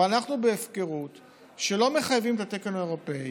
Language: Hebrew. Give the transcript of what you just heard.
אבל אנחנו בהפקרות שלא מחייבים בתקן האירופי,